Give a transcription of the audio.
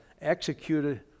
executed